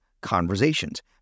conversations